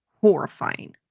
horrifying